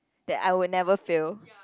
that I will never fail